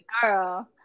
girl